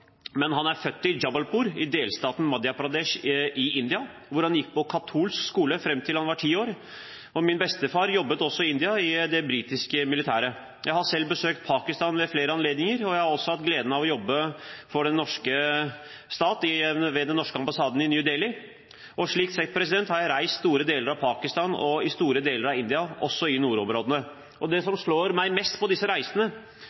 men han er født i Jabalpur i delstaten Madhya Pradesh i India, hvor han gikk på katolsk skole fram til han var ti år. Min bestefar jobbet også i India, i det britiske militæret. Jeg har selv besøkt Pakistan ved flere anledninger, og jeg har også hatt gleden av å jobbe for den norske stat ved den norske ambassaden i New Dehli. Slik sett har jeg reist i store deler av Pakistan og i store deler av India – også i nordområdene. Det